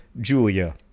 Julia